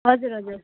हजुर हजुर